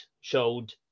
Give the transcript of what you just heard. showed